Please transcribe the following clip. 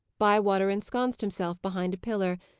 bywater ensconced himself behind a pillar,